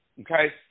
okay